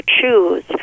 choose